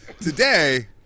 today